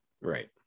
Right